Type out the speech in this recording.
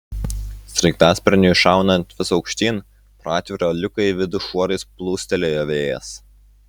sraigtasparniui šaunant vis aukštyn pro atvirą liuką į vidų šuorais plūstelėjo vėjas